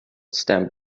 stamp